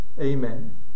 Amen